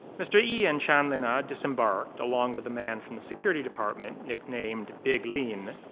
mr. yi and chanlina disembarked along with the man from the security department nicknamed big lin,